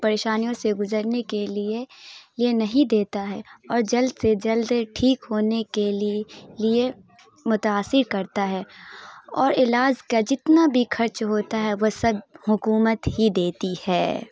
پریشانیوں سے گزرنے کے لیے یہ نہیں دیتا ہے اور جلد سے جلد ٹھیک ہونے کے لیے لیے متاثر کرتا ہے اور علاج کا جتنا بھی خرچ ہوتا ہے وہ سب حکومت ہی دیتی ہے